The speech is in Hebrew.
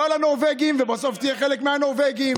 לא לנורבגים ובסוף תהיה חלק מהנורבגים,